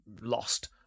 lost